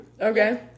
Okay